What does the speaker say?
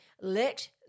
Let